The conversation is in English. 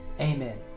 Amen